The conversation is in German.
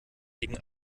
gegen